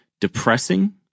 depressing